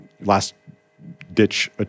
last-ditch